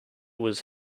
was